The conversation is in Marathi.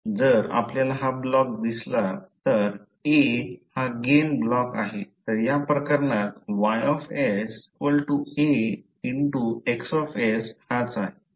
जर आपल्याला हा ब्लॉक दिसला तर A हा एक गेन ब्लॉक आहे तर या प्रकरणात Y AX हाच आहे